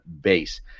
base